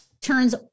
turns